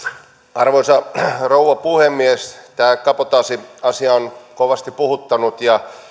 arvoisa rouva puhemies tämä kabotaasiasia on kovasti puhuttanut ja